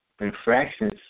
infractions